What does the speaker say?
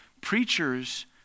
Preachers